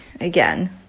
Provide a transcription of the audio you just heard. again